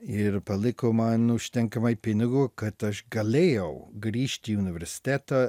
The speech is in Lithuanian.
ir paliko man užtenkamai pinigų kad aš galėjau grįžt į universitetą